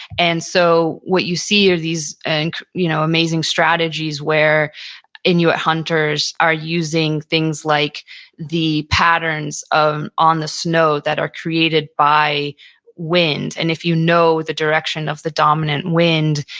and so what you see are these and you know amazing strategies where and inuit ah hunters are using things like the patterns um on the snow that are created by wind. and if you know the direction of the dominant wind,